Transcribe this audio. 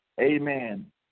amen